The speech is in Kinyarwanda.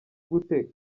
gute